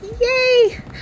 yay